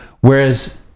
whereas